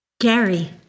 Gary